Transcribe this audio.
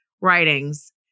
writings